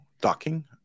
docking